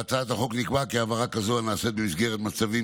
בהצעת החוק נקבע כי העברה כזו הנעשית במסגרת מצבים